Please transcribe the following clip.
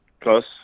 Plus